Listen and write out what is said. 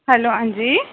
hello हां जी